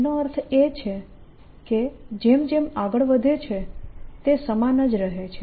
તેનો અર્થ તે છે કે જેમ જેમ આગળ વધે છે તે સમાન જ રહે છે